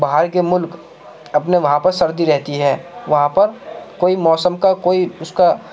باہر کے ملک اپنے وہاں پر سردی رہتی ہے وہاں پر کوئی موسم کا کوئی اس کا